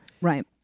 Right